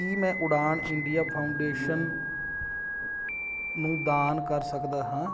ਕੀ ਮੈਂ Udaan India Foundation ਨੂੰ ਦਾਨ ਕਰ ਸਕਦਾ ਹਾਂ